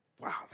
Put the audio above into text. Wow